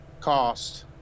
cost